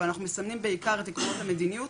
אבל אנחנו מסמנים בעיקר את עקרונות המדיניות,